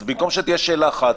אז במקום שתהיה שאלה אחת,